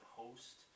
host